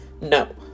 No